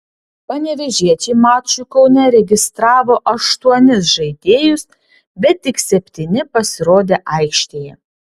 panevėžiečiai mačui kaune registravo aštuonis žaidėjus bet tik septyni pasirodė aikštėje